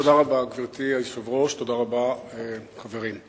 תודה רבה, גברתי היושבת-ראש, תודה רבה, חברים.